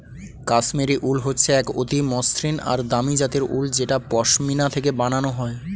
কাশ্মীরি উল হচ্ছে এক অতি মসৃন আর দামি জাতের উল যেটা পশমিনা থেকে বানানো হয়